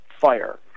fire